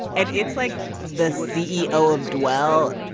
and it's like the ceo of dwell,